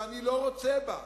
שאני לא רוצה בה,